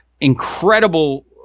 incredible